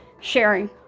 sharing